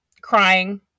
crying